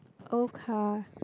oh car